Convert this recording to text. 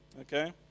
okay